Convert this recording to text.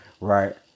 right